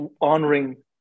honoring